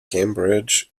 cambridge